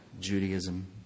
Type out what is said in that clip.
Judaism